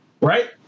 right